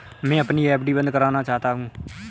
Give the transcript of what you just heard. मैं अपनी एफ.डी बंद करना चाहता हूँ